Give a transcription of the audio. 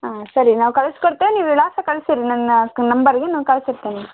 ಆಂ ಸರಿ ನಾವು ಕಳಿಸ್ಕೊಡ್ತೇವೆ ನೀವು ವಿಳಾಸ ಕಳಿಸಿರಿ ನನ್ನ ನಂಬರ್ಗೆ ನಾನು ಕಳಿಸಿರ್ತೀನಿ